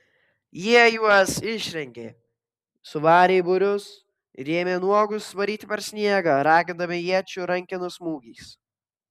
jie juos išrengė suvarė į būrius ir ėmė nuogus varyti per sniegą ragindami iečių rankenų smūgiais